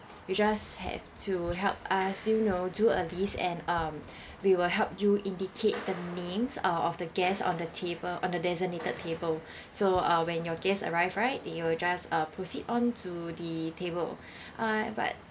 you just have to help us you know do a list and um we will help you indicate the names uh of the guests on the table on the designated table so uh when your guests arrive right they will just uh proceed on to the table uh but